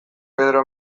pedro